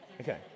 Okay